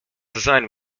design